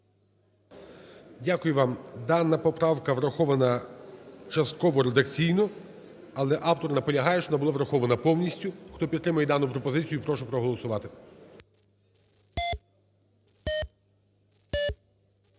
Дякую вам. Дана поправка врахована частково редакційно, але автор наполягає, щоб вона була врахована повністю. Хто підтримує дану пропозицію, прошу проголосувати.